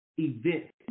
event